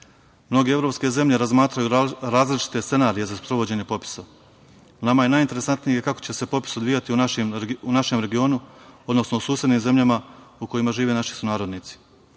evropske zemlje razmatraju različite scenarije za sprovođenje popisa. Nama je najinteresantnije kako će se popis odvijati u našem regionu, odnosno u susednim zemljama u kojima žive naši sunarodnici.